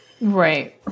Right